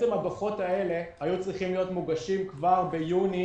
הדוחות האלה היו צריכים להיות מוגשים כבר ביוני